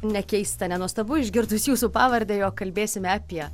nekeista nenuostabu išgirdus jūsų pavardę jog kalbėsime apie